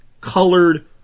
colored